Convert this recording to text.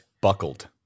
buckled